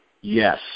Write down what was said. Yes